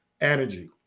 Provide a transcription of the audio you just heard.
energy